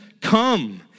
come